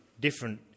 different